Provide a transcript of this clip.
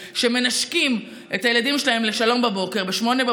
שמנשקים את הילדים שלהם לשלום ב-08:00,